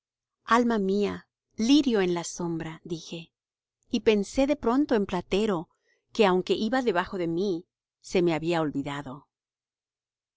alma mía lirio en la sombra dije y pensé de pronto en platero que aunque iba debajo de mí se me había olvidado xl